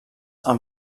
amb